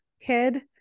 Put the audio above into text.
kid